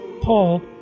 Paul